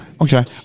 Okay